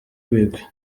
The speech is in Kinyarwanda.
ibigwi